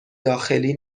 داخلی